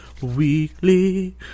weekly